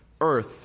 earth